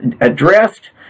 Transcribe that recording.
addressed